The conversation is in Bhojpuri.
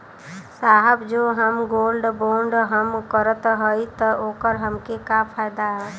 साहब जो हम गोल्ड बोंड हम करत हई त ओकर हमके का फायदा ह?